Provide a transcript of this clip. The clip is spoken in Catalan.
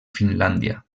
finlàndia